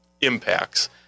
impacts